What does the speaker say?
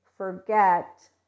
Forget